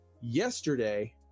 yesterday